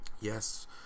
yes